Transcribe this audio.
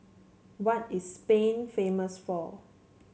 what is Spain famous for